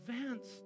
advance